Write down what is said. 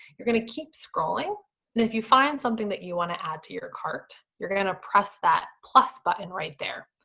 you're gonna keep scrolling and if you find something that you wanna add to your cart, you're gonna press that plus button right there.